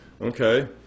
okay